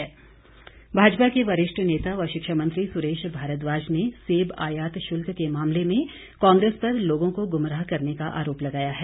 भारद्वाज भाजपा के वरिष्ठ नेता व शिक्षा मंत्री सुरेश भारद्वाज ने सेब आयात शुल्क के मामले में कांग्रेस पर लोगों को गुमराह करने का आरोप लगाया है